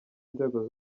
inzego